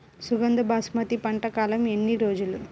సుగంధ బాసుమతి పంట కాలం ఎన్ని రోజులు?